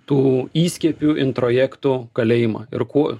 tų įskiepių introjektų kalėjimą ir kuo